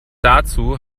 dazu